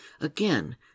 Again